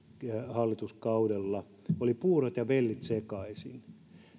hallituskaudella olivat puurot ja vellit sekaisin